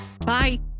Bye